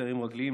סיירים רגליים,